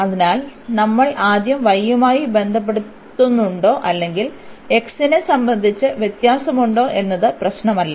അതിനാൽ നമ്മൾ ആദ്യം y യുമായി ബന്ധപ്പെടുത്തുന്നുണ്ടോ അല്ലെങ്കിൽ x നെ സംബന്ധിച്ച് വ്യത്യാസമുണ്ടോ എന്നത് പ്രശ്നമല്ല